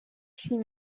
seen